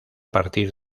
partir